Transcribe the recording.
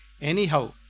anyhow